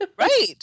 right